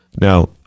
Now